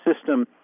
system